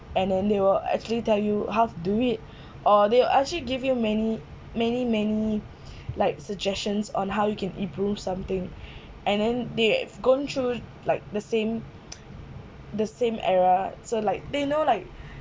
and then they will actually tell you how to do it or they will actually give you many many many like suggestions on how you can improve something and then they have gone through like the same the same era so like they know like